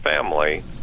family